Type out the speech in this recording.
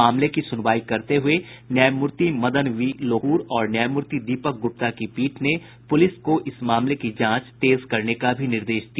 मामले की सुनवाई करते हुये न्यायमूर्ति मदन बी लोकुर और न्यायमूर्ति दीपक गुप्ता की पीठ ने पुलिस को इस मामले की जांच तेज करने का भी निर्देश दिया